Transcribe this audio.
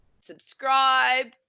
subscribe